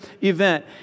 event